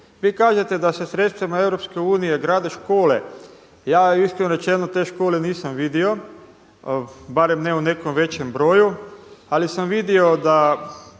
Vi kažete da se sredstvima EU grade škole, ja iskreno rečeno te škole nisam vidio, barem ne u nekom većem broju, ali sam vidio da